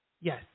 Yes